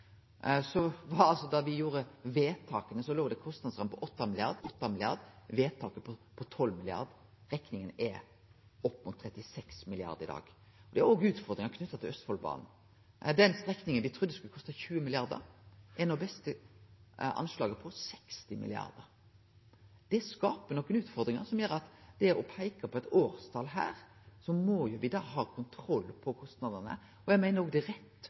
på 12 mrd. kr, og i dag er rekninga på opp mot 36 mrd. kr. Det er òg utfordringar knytte til Østfoldbanen. Den strekninga, som me trudde skulle koste 20 mrd. kr, har no eit beste anslag på 60 mrd. kr. Det skaper nokre utfordringar som gjer at for å peike på eit årstall her, må me ha kontroll på kostnadene. Eg meiner òg at det er rett